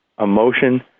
emotion